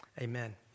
amen